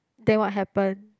then what happened